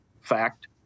fact